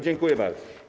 Dziękuję bardzo.